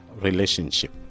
relationship